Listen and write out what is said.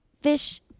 fish